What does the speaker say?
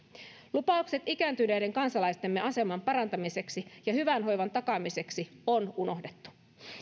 lupaukset ikääntyneiden kansalaistemme aseman parantamiseksi ja hyvän hoivan takaamiseksi on unohdettu